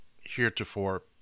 heretofore